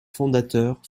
fondateur